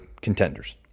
contenders